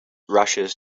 rushes